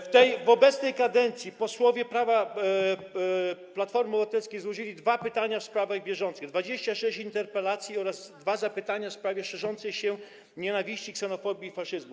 W obecnej kadencji posłowie Platformy Obywatelskiej złożyli dwa pytania w sprawach bieżących, 26 interpelacji oraz dwa zapytania w sprawie szerzącej się nienawiści, ksenofobii i faszyzmu.